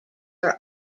are